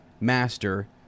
master